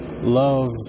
love